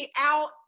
out